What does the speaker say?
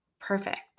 perfect